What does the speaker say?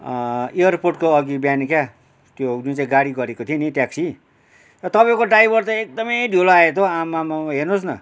एयरपोर्टको अघि बिहान क्या त्यो जुन चाहिँ गाडी गरेको थियो नि ट्याक्सी र तपाईँको ड्राइभर त एकदमै ढिलो आयो त हौ आममामा हेर्नुहोस् न